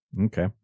Okay